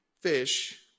fish